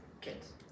kids